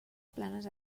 planes